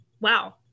wow